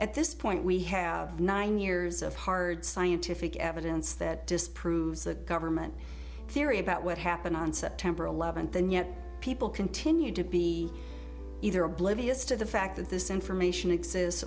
at this point we have nine years of hard scientific evidence that disproves a government theory about what happened on september eleventh and yet people continue to be either a bloodiest of the fact that this information exist